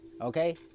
Okay